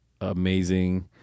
amazing